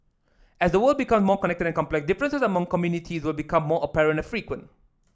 as the world become more connected and complex differences among communities will become more apparent and frequent